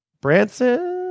Branson